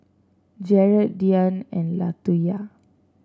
Jarett Diann and Latoyia